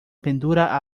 perdura